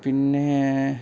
പിന്നെ